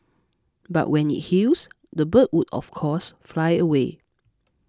but when it heals the bird would of course fly away